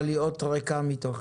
אבל היא אות ריקה מתוכן.